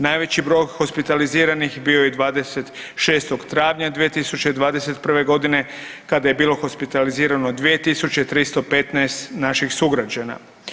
Najveći broj hospitaliziranih bio je 26. travnja 2021. g. kada je bilo hospitalizirano 2315 naših sugrađana.